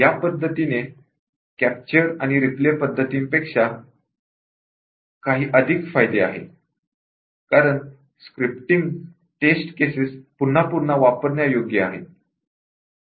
या पद्धतीचे "कॅप्चर आणि रीप्ले" पद्धतीपेक्षा काही अधिक फायदे आहेत कारण स्क्रिप्टिंग टेस्ट केसेस पुन्हा पुन्हा वापरण्यायोग्य आहेत